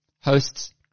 hosts